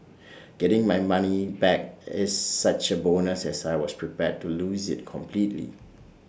getting my money back is such A bonus as I was prepared to lose IT completely